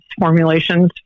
formulations